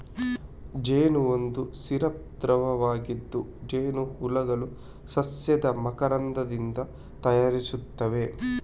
ಜೇನು ಒಂದು ಸಿರಪ್ ದ್ರವವಾಗಿದ್ದು, ಜೇನುಹುಳುಗಳು ಸಸ್ಯದ ಮಕರಂದದಿಂದ ತಯಾರಿಸುತ್ತವೆ